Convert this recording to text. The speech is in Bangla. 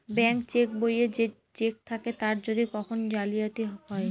ব্যাঙ্ক চেক বইয়ে যে চেক থাকে তার যদি কখন জালিয়াতি হয়